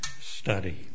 study